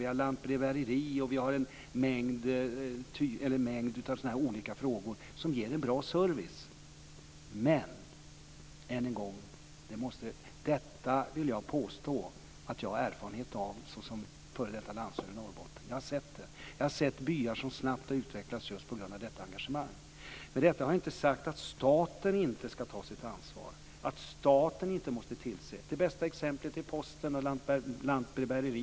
Vi har lantbrevbärare, och vi har en mängd olika saker som ger en bra service. Men än en gång vill jag påstå att jag har erfarenhet av detta som f.d. landshövding i Norrbotten. Jag har sett det. Jag har sett byar som snabbt har utvecklats just på grund av detta engagemang. Med detta har jag inte sagt att staten inte ska ta sitt ansvar. Det bästa exemplet är posten och lantbrevbärarna.